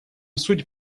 суть